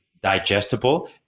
digestible